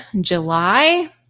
July